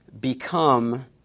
become